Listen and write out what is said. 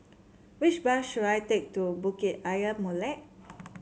which bus should I take to Bukit Ayer Molek